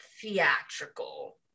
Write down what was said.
theatrical